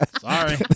Sorry